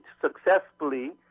successfully